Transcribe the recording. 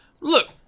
Look